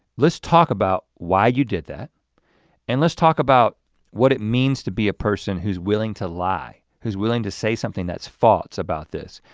let's talk about why you did that and let's talk about what it means to be a person who's willing to lie, who's willing to say something that's false about this.